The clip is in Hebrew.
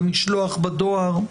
המשלוח בדואר.